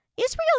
Israel